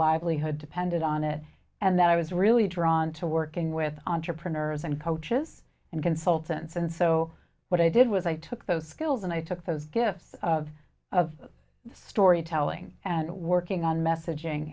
livelihood depended on it and that i was really drawn to working with entrepreneurs and coaches and consultants and so what i did was i took those skills and i took those gifts of of storytelling and working on messaging